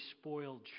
spoiled